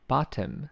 Bottom